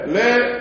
let